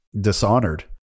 Dishonored